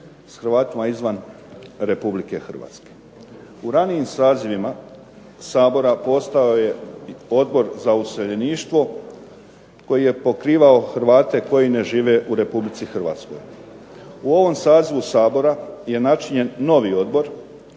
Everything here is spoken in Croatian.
s Hrvatima izvan Republike Hrvatske. U ranijim sazivima Sabora postojao je Odbor za useljeništvo koji je pokrivao Hrvate koji ne žive u Republici Hrvatskoj. U ovom sazivu Sabora je načinjen novi odbor